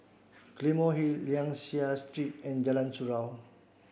Claymore Hill Liang Seah Street and Jalan Surau